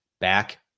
back